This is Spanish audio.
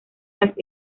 las